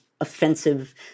offensive